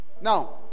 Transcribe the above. Now